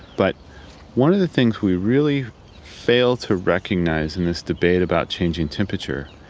but one of the things we really fail to recognise in this debate about changing temperature,